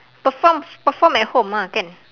performs perform at home ah can